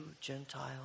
Gentile